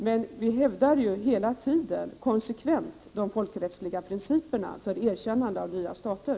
Men vi hävdar ju hela tiden konsekvent de folkrättsliga principerna för erkännande av nya stater.